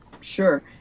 Sure